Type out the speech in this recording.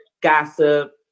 gossip